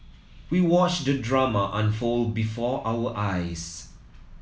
we watched the drama unfold before our eyes